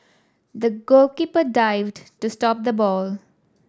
the goalkeeper dived to stop the ball